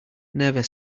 never